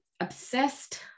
obsessed